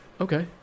Okay